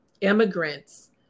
immigrants